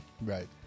Right